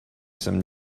some